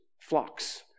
flocks